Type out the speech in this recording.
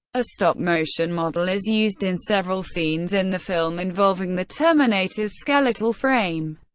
a stop-motion model is used in several scenes in the film involving the terminator's skeletal frame.